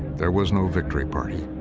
there was no victory party.